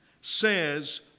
says